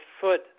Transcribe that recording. foot